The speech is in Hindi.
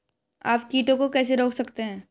आप कीटों को कैसे रोक सकते हैं?